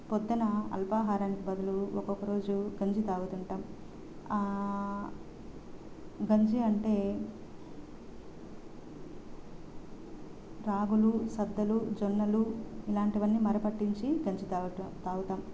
పొద్దున అల్పాహారానికి బదులు ఒక్కొక్క రోజు గంజి తాగుతుంటాం గంజి అంటే రాగులు సద్దలు జొన్నలు ఇలాంటివన్నీ మరపట్టించి గంజి తాగుతా తాగుతాం